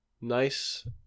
nice